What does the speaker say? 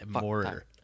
more